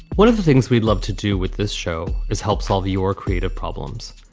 one of the things we'd love to do with this show is help solve your creative problems,